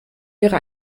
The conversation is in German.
wäre